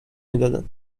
میدادن